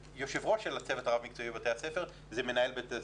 יושב-ראש הצוות הרב-מקצועי של בתי הספר הוא מנהל בית הספר.